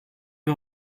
wir